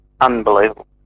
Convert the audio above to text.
unbelievable